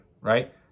right